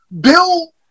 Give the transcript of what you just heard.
Bill